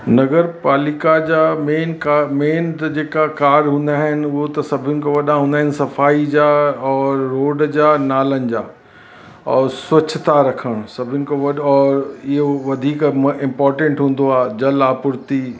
नगर पालिका जा मेन का मेन त जेका कार्य हूंदा आहिनि उहो त सभिनि खां वॾा हूंदा आहिनि सफ़ाई जा और रोड जा नालनि जा और स्वच्छता रखणु सभिनीनि खां वॾो और इहो वधीक म इंपॉर्टेंट हूंदो आहे जल आपूर्ति